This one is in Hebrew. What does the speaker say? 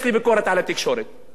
לא על ערוץ-10, על כל התקשורת.